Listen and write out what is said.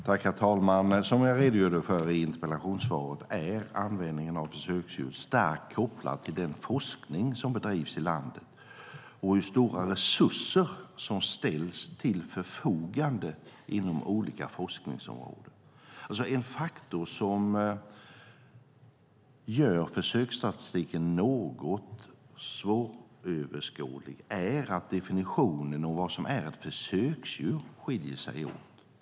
Herr talman! Som jag redogjorde för i mitt interpellationssvar är användningen av försöksdjur starkt kopplad till den forskning som bedrivs i landet och hur stora resurser som ställs till förfogande inom olika forskningsområden. En faktor som gör försöksstatistiken något svåröverskådlig är att definitionen av vad som är ett försöksdjur skiljer sig åt.